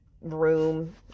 room